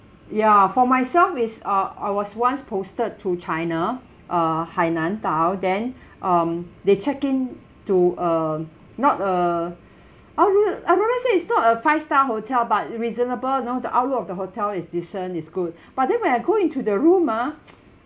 ya for myself is uh I was once posted to china uh hainan dao then um they check in to a not a I'm going to I'm going to say it's not a five star hotel but reasonable you know the outlook of the hotel is decent is good but then when I go into the room ah